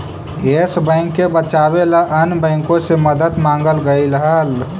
yes Bank के बचावे ला अन्य बाँकों से मदद मांगल गईल हल